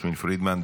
יסמין פרידמן,